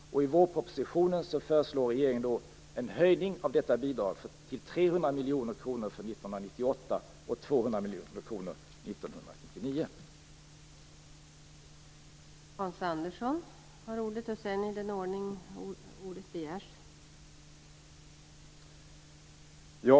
I vårpropositionen föreslår regeringen en höjning av detta bidrag till 300 miljoner kronor för 1998 och